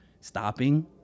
stopping